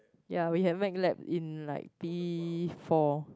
yeah we have Mac lab in like B four